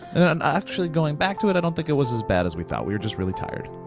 and actually going back to it, i don't think it was as bad as we thought, we were just really tired.